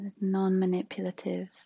non-manipulative